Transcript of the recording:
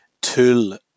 tool